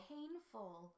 Painful